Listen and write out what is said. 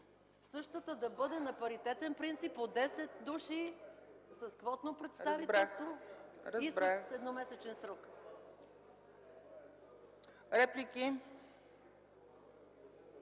същата да бъде на паритетен принцип, от 10 души, с квотно представителство и с едномесечен срок.